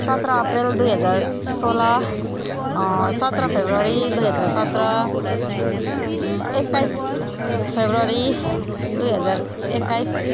सत्र अप्रेल दुई हजार सोह्र सत्र फरवरी दुई हजार सत्र एक्काइस फरवरी दुई हजार एक्काइस